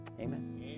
Amen